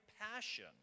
passion